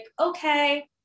okay